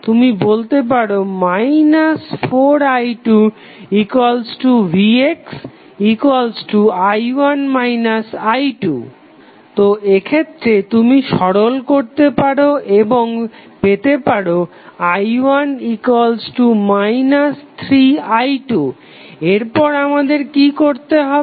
তুমি বলতে পারো 4i2vxi1 i2 তো এক্ষেত্রে তুমি সরল করতে পারো এবং পেতে পারো i1 3i2 এরপর আমাদের কি করতে হবে